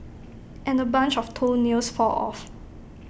and A bunch of toenails fall off